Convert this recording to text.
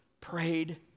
prayed